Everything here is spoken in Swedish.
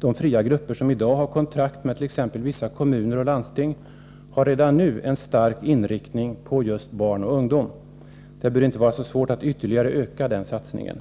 De fria grupper som i dag har kontrakt med t.ex. vissa kommuner och landsting har redan nu en stark inriktning på just barn och ungdom. Det bör inte vara så svårt att ytterligare öka den satsningen